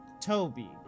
Toby